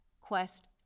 Quest